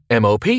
MOP